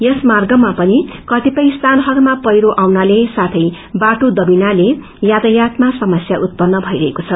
यस मार्गमा पनि कतिपय स्थानहरूमा पैक्रो आउनाले साथै बादो दबिनाले यातायातमा समस्य उतपन्न भइरहेको छ